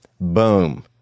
Boom